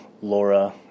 Laura